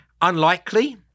Unlikely